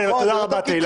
תודה רבה, תהלה.